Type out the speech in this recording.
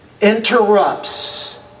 interrupts